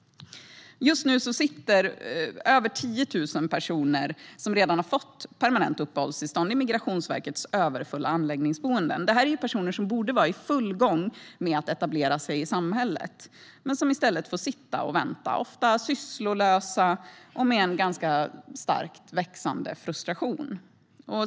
Just nu sitter över 10 000 personer som redan har fått permanent uppehållstillstånd i Migrationsverkets överfulla anläggningsboenden. Det här är personer som borde vara i full gång med att etablera sig i samhället men som i stället får sitta och vänta, ofta sysslolösa och med en växande frustration.